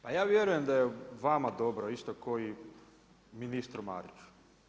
Pa ja vjerujem da je vama dobro isto ko i ministru Mariću.